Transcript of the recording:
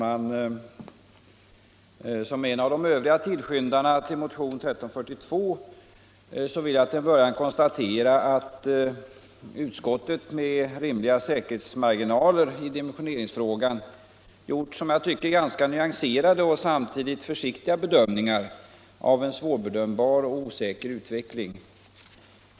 Herr talman! Som en av tillskyndarna till motionen 1342 vill jag till en början konstatera att utskottet med rimliga säkerhetsmarginaler i dimensioneringsfrågan gjort ganska nyanserade och samtidigt försiktiga bedömningar av en svår bedömbar och osäker utveckling.